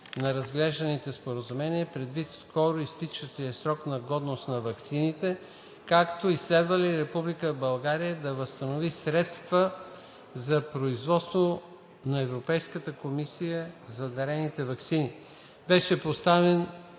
на разглежданите споразумения предвид скоро изтичащия срок на годност на ваксините, както и следва ли Република България да възстанови средствата за производство на Европейската комисия за дарените ваксини. Беше поставен